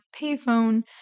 payphone